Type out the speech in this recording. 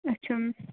اچھا